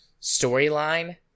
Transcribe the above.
storyline